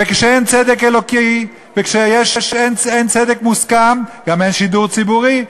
וכשאין צדק אלוקי ואין צדק מוסכם גם אין שידור ציבורי.